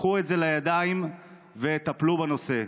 קחו את זה לידיים וטפלו בנושא.